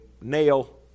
nail